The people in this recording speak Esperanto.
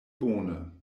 bone